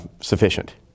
sufficient